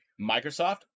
Microsoft